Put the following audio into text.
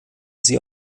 sie